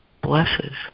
blesses